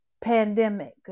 pandemic